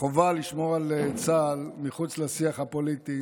החובה לשמור על צה"ל מחוץ לשיח הפוליטי